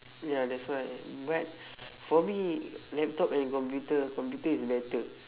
ya that's why but for me laptop and computer computer is better